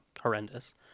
horrendous